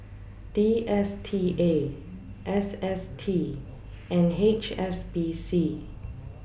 D S T A S S T and H S B C